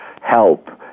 help